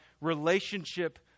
relationship